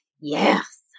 Yes